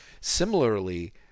Similarly